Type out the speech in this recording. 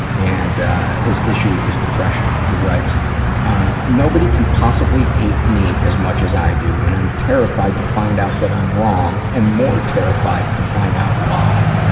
and his issue is depression and he writes nobody can possibly hate me as much as i do and i'm terrified to find out i'm wrong and more terrified to find out why.